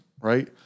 Right